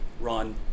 run